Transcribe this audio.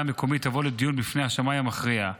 המקומית תבוא לדיון בפני השמאי המכריע.